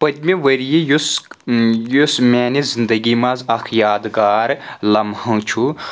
پٔتمہِ ؤریہِ یُس یُس میانہِ زِندگی منٛز اکھ یاد گار لَمہٕ چھُ